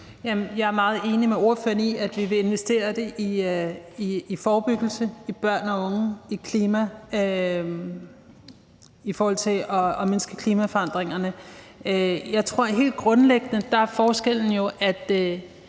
Jeg er meget enig med ordføreren i, at vi vil investere dem i forebyggelse, i børn og unge, i at mindske klimaforandringerne. Jeg tror, at forskellen helt